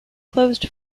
closed